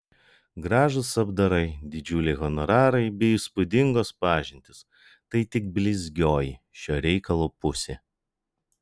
gražūs apdarai didžiuliai honorarai bei įspūdingos pažintys tai tik blizgioji šio reikalo pusė